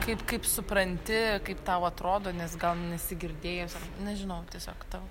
kaip kaip supranti kaip tau atrodo nes gal nesi girdėjusi nežinau tiesiog tavo